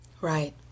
Right